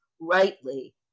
rightly